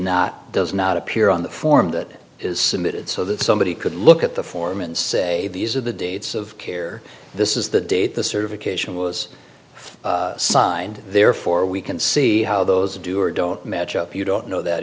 not does not appear on the form that is submitted so that somebody could look at the form and say these are the dates of care this is the date the certification was signed therefore we can see how those do or don't match up you don't know that